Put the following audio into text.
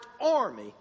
army